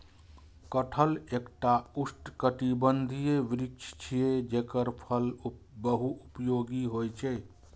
कटहल एकटा उष्णकटिबंधीय वृक्ष छियै, जेकर फल बहुपयोगी होइ छै